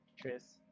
Tris